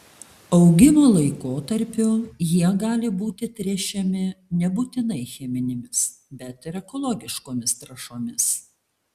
augimo laikotarpiu jie gali būti tręšiami nebūtinai cheminėmis bet ir ekologiškomis trąšomis